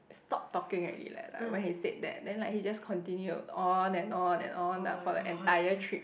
stop talking already like like when he said that then like he just continued on and on and on lah for the entire trip